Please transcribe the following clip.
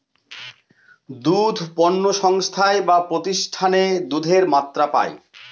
দুধ পণ্য সংস্থায় বা প্রতিষ্ঠানে দুধের মাত্রা পায়